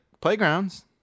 playgrounds